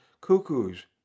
cuckoos